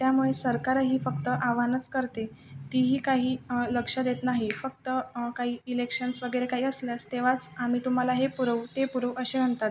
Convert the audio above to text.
त्यामुळे सरकारही फक्त आवाहनच करते तेही काही लक्ष देत नाही फक्त काही इलेक्शन्स वगैरे काही असल्यास तेव्हाच आम्ही तुम्हाला हे पुरवू ते पुरवू असे म्हणतात